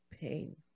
pain